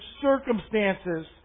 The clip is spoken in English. circumstances